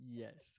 yes